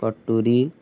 କଟୁରୀ